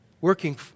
working